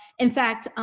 in fact, um,